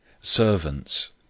Servants